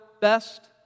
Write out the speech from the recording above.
best